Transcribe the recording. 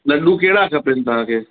लड्डू कहिड़ा खपनि तव्हां खे